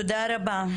תודה.